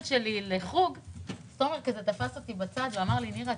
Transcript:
שלי לחוג אז תומר תפס אותי בצד ואמר לי: נירה,